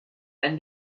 and